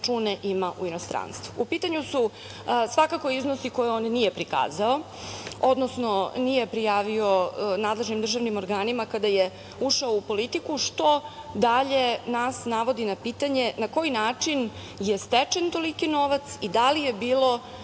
on ima u inostranstvu. U pitanju su svakako iznosi koje on nije prikazao, odnosno nije prijavio nadležnim državnim organima kada je ušao u politiku, što dalje nas navodi na pitanje na koji način je stečen toliki novac i da li je bilo